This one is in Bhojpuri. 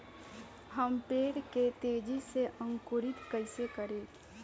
हम पेड़ के तेजी से अंकुरित कईसे करि?